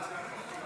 התשפ"ה 2024,